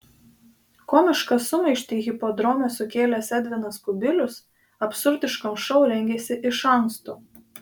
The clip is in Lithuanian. komišką sumaištį hipodrome sukėlęs edvinas kubilius absurdiškam šou rengėsi iš anksto